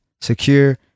secure